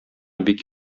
бик